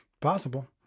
Possible